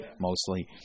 mostly